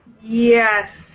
Yes